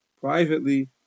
privately